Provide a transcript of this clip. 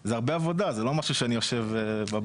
זה הרבה עבודה, זה לא משהו שאני יושב בבית.